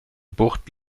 bucht